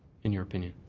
in your opinion.